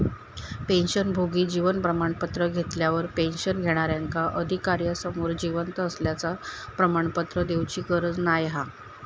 पेंशनभोगी जीवन प्रमाण पत्र घेतल्यार पेंशन घेणार्याक अधिकार्यासमोर जिवंत असल्याचा प्रमाणपत्र देउची गरज नाय हा